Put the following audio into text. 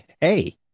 Hey